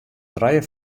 trije